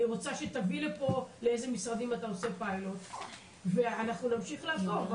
אני רוצה שתביא לפה לאיזה משרדים אתה עושה פיילוט ואנחנו נמשיך לעקוב.